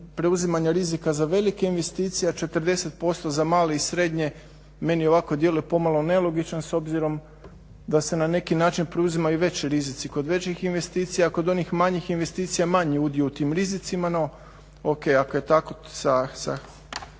preuzimanja rizika za velike investicije, a 40% za malo i srednje meni ovako djeluje pomalo nelogično s obzirom da se na neki način preuzimaju veći rizici kod većih investicija. Kod onih manjih investicija manji je udio u tim rizicima,